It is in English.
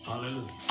Hallelujah